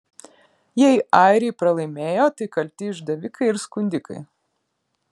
jei airiai pralaimėjo tai kalti išdavikai ir skundikai